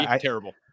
terrible